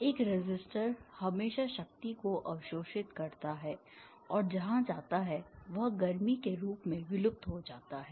एक रेसिस्टर हमेशा शक्ति को अवशोषित करता है और जहां जाता है वह गर्मी के रूप में विलुप्त हो जाता है